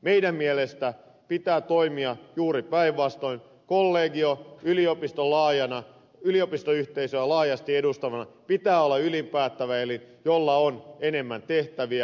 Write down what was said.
meidän mielestämme pitää toimia juuri päinvastoin kollegion yliopistoyhteisöä laajasti edustavana pitää olla ylin päättävä elin jolla on enemmän tehtäviä